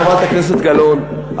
חברת הכנסת גלאון,